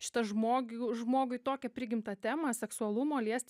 šitą žmogiu žmogui tokią prigimtą temą seksualumo liesti